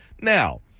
Now